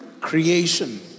creation